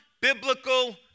biblical